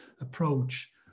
approach